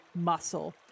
muscle